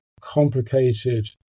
complicated